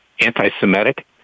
anti-Semitic